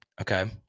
okay